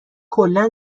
کلا